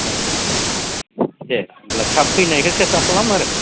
दे होमब्ला थाब फैनायखो सेस्था खालाम आरो